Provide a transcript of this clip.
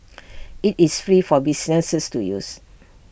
IT is free for businesses to use